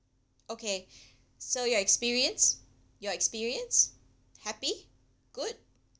okay so your experience your experience happy good